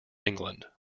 england